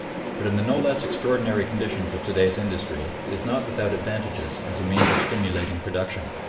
but in the no less extraordinary conditions of to-day's industry it is not without advantages as a means of stimulating production.